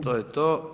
To je to.